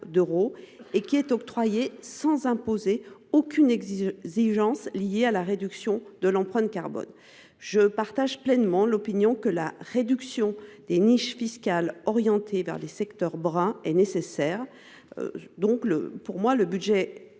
d’euros, est octroyée sans imposer aucune exigence liée à la réduction de l’empreinte carbone. Je partage pleinement l’opinion selon laquelle la réduction des niches fiscales orientées vers les secteurs bruns est nécessaire. Pour moi,